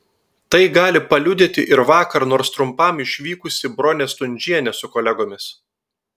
tai gali paliudyti ir vakar nors trumpam išvykusi bronė stundžienė su kolegomis